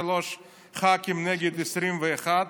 63 ח"כים נגד 21,